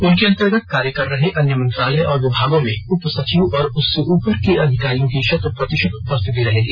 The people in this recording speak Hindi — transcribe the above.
उनके अंतर्गत कार्य कर रहे अन्य मंत्रालय और विभागों में उप सचिव और उससे ऊपर के अधिकारियों की शत प्रतिशत उपस्थिति रहेगी